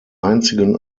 einzigen